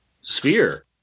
Sphere